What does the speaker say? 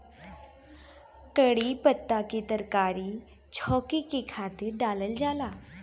कढ़ी पत्ता के तरकारी छौंके के खातिर डालल जाला